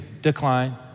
Decline